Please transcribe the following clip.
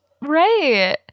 Right